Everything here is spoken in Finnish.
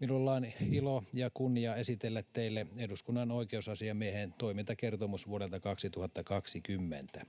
Minulla on ilo ja kunnia esitellä teille eduskunnan oikeusasiamiehen toimintakertomus vuodelta 2020.